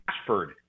Ashford